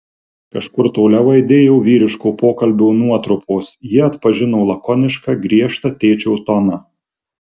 kažkur toliau aidėjo vyriško pokalbio nuotrupos ji atpažino lakonišką griežtą tėčio toną